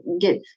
get